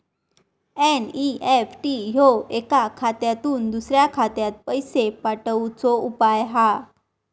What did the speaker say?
NEFT ह्यो एका खात्यातुन दुसऱ्या खात्यात पैशे पाठवुचो उपाय हा